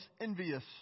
envious